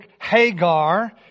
Hagar